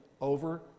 over